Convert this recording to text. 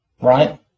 right